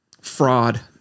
Fraud